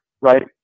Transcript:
right